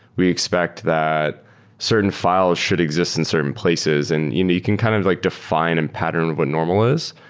we expect that certain fi les should exist in certain places and you know you can kind of like define and patterns what normal is.